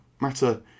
Matter